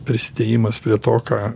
prisidėjimas prie to ką